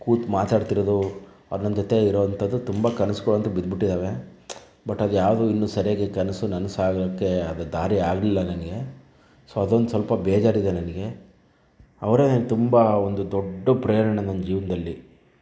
ಕೂತು ಮಾತಾಡ್ತಿರೋದು ಅವರು ನನ್ನ ಜೊತೆ ಇರೋವಂಥದ್ದು ತುಂಬ ಕನಸುಗಳಂತೂ ಬಿದ್ದುಬಿಟ್ಟಿದ್ದಾವೆ ಬಟ್ ಅದ್ಯಾವುದೂ ಇನ್ನೂ ಸರಿಯಾಗಿ ಕನಸು ನನಸಾಗೋಕೆ ಅದು ದಾರಿ ಆಗಲಿಲ್ಲ ನನಗೆ ಸೊ ಅದೊಂದು ಸ್ವಲ್ಪ ಬೇಜಾರು ಇದೆ ನನಗೆ ಅವರೇ ತುಂಬ ಒಂದು ದೊಡ್ಡ ಪ್ರೇರಣೆ ನನ್ನ ಜೀವನದಲ್ಲಿ